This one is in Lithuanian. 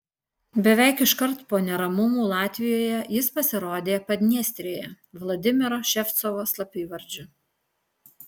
beveik iškart po neramumų latvijoje jis pasirodė padniestrėje vladimiro ševcovo slapyvardžiu